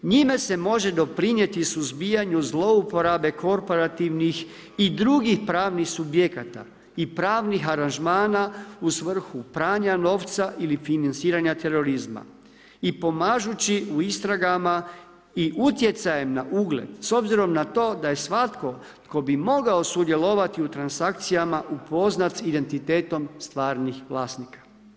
Njime se može doprinijeti suzbijanju zlouporabe korporativnih i drugih pravnih subjekata i pravnih aranžmana u svrhu pranja novca ili financiranja terorizma i pomažući u istragama i utjecajem na ugled, s obzirom na to da je svatko tko bi mogao sudjelovati u transakcijama upoznat s identitetom stvarnih vlasnika.